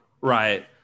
Right